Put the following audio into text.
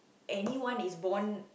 anyone is born